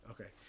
Okay